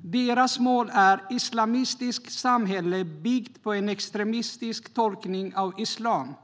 Islamiska statens mål är ett islamistiskt samhälle byggt på en extremistisk tolkning av islam.